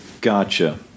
Gotcha